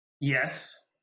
Yes